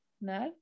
No